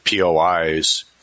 POIs